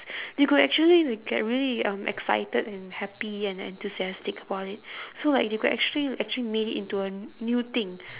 they could actually re~ get really um excited and happy and enthusiastic about it so like they could actually actually made it into a n~ new thing